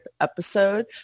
episode